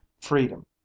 Freedom